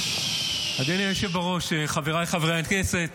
אדוני היושב בראש, חבריי חברי הכנסת,